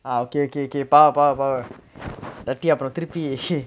oh K K K bah bah bah இல்லாட்டி அப்புறம் திருப்பி:illaati appuram tiruppi